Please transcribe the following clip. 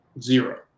Zero